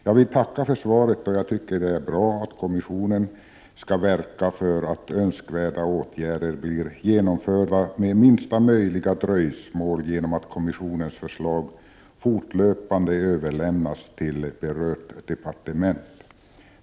Jag vill tacka för svaret, och jag tycker det är bra att kommissionen skall verka för att önskvärda åtgärder blir genomförda med minsta möjliga dröjsmål, genom att kommissionens förslag fortlöpande överlämnas till berört departement.